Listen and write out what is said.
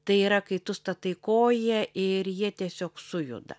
tai yra kai tu statai koją ir jie tiesiog sujuda